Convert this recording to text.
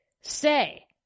say